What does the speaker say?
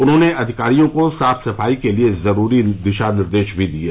उन्होंने अधिकारियों को साफ सफाई के लिये जरूरी दिशा निर्देश भी दिये